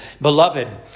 Beloved